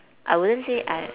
I wouldn't say I